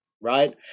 right